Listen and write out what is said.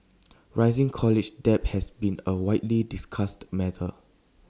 rising college debt has been A widely discussed matter